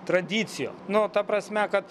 tradicija nu ta prasme kad